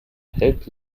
help